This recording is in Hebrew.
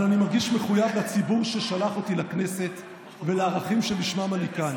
אבל אני מרגיש מחויב לציבור ששלח אותי לכנסת ולערכים שבשמם אני כאן.